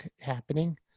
happening